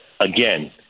Again